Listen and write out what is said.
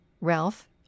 ralph